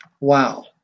Wow